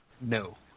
No